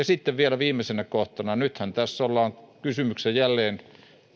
sitten vielä viimeisenä kohtana nythän tässä on kysymyksessä jälleen